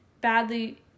badly